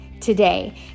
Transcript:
today